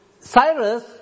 Cyrus